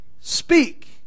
speak